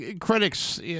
critics